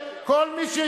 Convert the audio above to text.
כל מי,